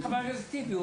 --- חבר הכנסת טיבי.